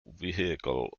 vehicle